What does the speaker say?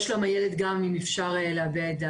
אני רוצה להבין,